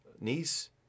niece